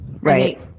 Right